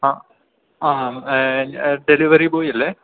ആ ആ delivery boy അല്ലേ